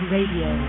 Radio